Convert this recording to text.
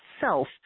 self